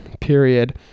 period